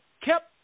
kept